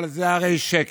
אבל זה הרי שקר.